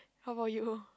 how about you